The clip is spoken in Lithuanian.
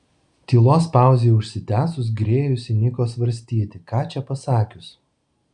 tylos pauzei užsitęsus grėjus įniko svarstyti ką čia pasakius